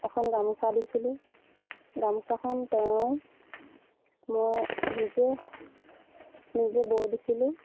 এখন গামোচা দিছিলোঁ গামোচাখন তেওঁ মই নিজে নিজে বৈ দিছিলোঁ